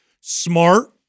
smart